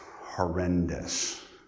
horrendous